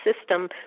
system